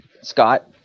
Scott